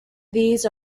these